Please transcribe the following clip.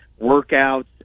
workouts